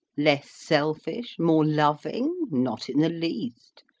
less selfish, more loving? not in the least.